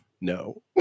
No